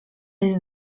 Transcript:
jest